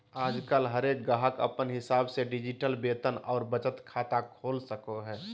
आजकल हरेक गाहक अपन हिसाब से डिजिटल वेतन और बचत खाता खोल सको हय